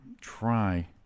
try